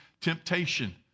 temptation